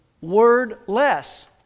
wordless